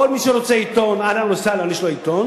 כל מי שרוצה עיתון, אהלן וסהלן, יש לו עיתון.